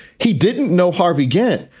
he didn't know harvey again.